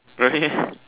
really